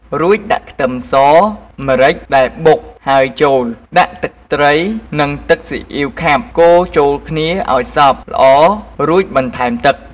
រួចដាក់ខ្ទឹមស ម្រេចដែលបុកហើយចូល ដាក់ទឹកត្រី និងទឹកស៊ីអ៉ីវខាប់កូរចូលគ្នាឱ្យសព្វល្អរួចបន្ថែមទឹក។